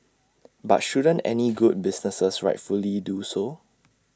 but shouldn't any good businesses rightfully do so